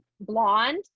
blonde